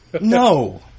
No